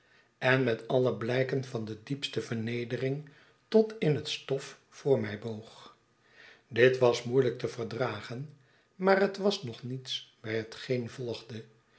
en met alle blijken van de diepste vernedering tot in het stof voor mij boog dit was moeielijk te verdragen maar het was nog niets bij hetgeen volgde